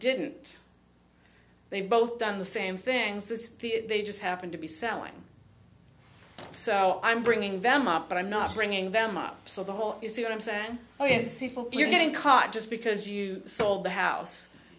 didn't they both done the same thing they just happened to be selling so i'm bringing them up but i'm not bringing them up so the whole you see what i'm saying oh yes people are getting caught just because you sold the house